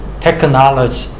technology